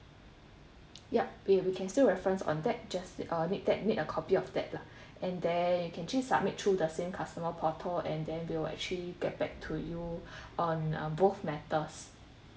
yup we we can still reference on that just uh need that need a copy of that lah and then you can just submit through the same customer portal and then we'll actually get back to you on uh both matters